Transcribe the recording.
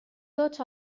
tots